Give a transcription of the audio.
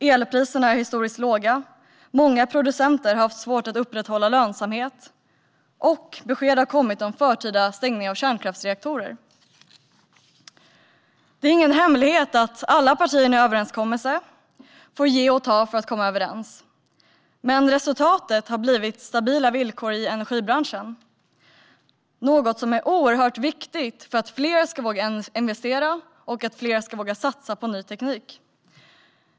Elpriserna är historiskt låga, många producenter har haft svårt att upprätthålla lönsamhet, och besked har kommit om förtida stängning av kärnkraftsreaktorer. Det är ingen hemlighet att alla partier i en överenskommelse får ge och ta för att komma överens, och resultatet har blivit stabila villkor i energibranschen. Detta är oerhört viktigt för att fler ska våga investera och satsa på ny teknik.